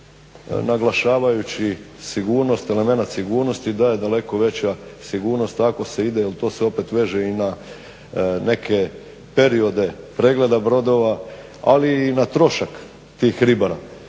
naglašavajući sigurnost, elemenat sigurnosti da je daleko veća sigurnost ako se ide, ali to se opet veže i na neke periode pregleda brodova, ali i na trošak tih ribara.